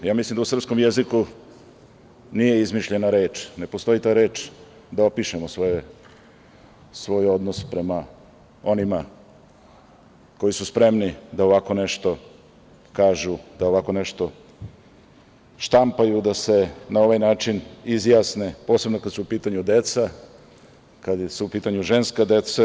Mislim da u srpskom jezik nije izmišljena reč, ne postoji ta reč da opišemo svoj odnos prema onima koji su spremni da ovako nešto kažu, da ovako nešto štampaju, da se na ovaj način izjasne, posebno kada su u pitanju deca, kada su u pitanju ženska deca.